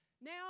now